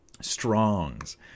Strongs